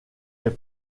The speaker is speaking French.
est